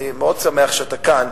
ואני מאוד שמח שאתה כאן.